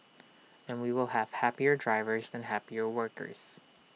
and we will have happier drivers and happier workers